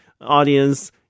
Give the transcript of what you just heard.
audience